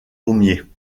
pommier